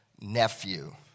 nephew